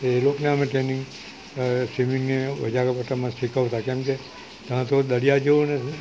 તે એ લોકોને અમે ટ્રેનિંગ સ્વિમિંગની વધારે પડતા અમે શીખવતા કેમકે ત્યાં તો દરિયા જેવું નથી